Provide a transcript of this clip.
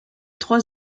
trois